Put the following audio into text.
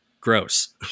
gross